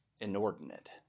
inordinate